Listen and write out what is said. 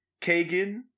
Kagan